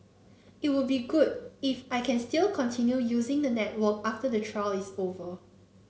it would be good if I can still continue using the network after the trial is over